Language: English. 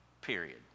period